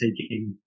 taking